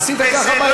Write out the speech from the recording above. עשית ככה ביד.